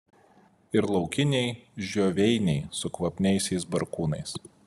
ir laukiniai žioveiniai su kvapniaisiais barkūnais